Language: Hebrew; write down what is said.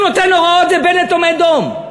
הוא נותן הוראות, ובנט עומד דום.